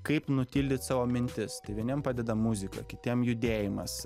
kaip nutildyt savo mintis tai vieniem padeda muzika kitiem judėjimas